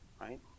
right